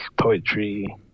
poetry